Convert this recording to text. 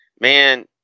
Man